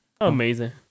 Amazing